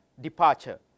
departure